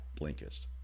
Blinkist